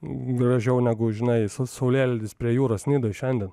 gražiau negu žinai saulėlydis prie jūros nidoj šiandien